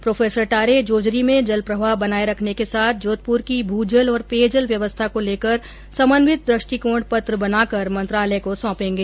pro टारे जोजरी में जल प्रवाह बनाए रखने के साथ जोधपुर की भू जल और पेयजल व्यवस्था को लेकर समन्वित दु ष्टिकोण पत्र बनाकर मंत्रालय को सौंपेंगे